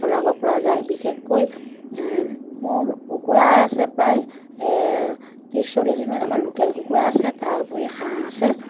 চলাব পৰা যায় বিশেষকৈ মোৰ কুকুৰা আছে প্ৰায় ত্ৰিছ চল্লিছজনীমান আমাৰ লোকেল কুকুৰা আছে তাৰোপৰি হাঁহ আছে